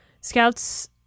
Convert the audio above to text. Scouts